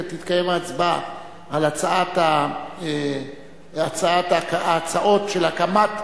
תתקיים הצבעה על ההצעות להקמת,